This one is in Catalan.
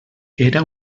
era